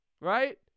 right